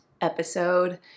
episode